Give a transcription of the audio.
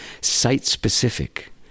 site-specific